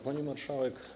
Pani Marszałek!